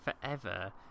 Forever